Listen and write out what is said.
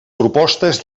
propostes